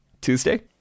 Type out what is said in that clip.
Tuesday